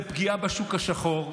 זה פגיעה בשוק השחור,